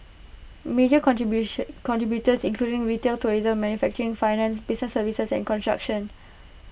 major contribution contributors including retail tourism manufacturing finance business services and construction